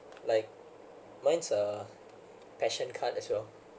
like mine's a passion card as well